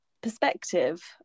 perspective